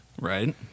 Right